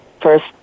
first